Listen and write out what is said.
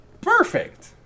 perfect